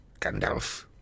Gandalf